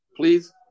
Please